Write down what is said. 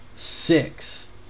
six